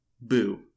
Boo